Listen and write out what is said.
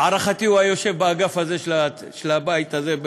להערכתי, הוא היה יושב באגף הזה של הבית הזה.